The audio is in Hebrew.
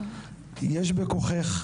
יש בכוחך,